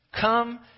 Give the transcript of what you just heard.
Come